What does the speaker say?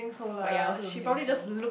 but yea also don't think so